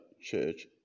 Church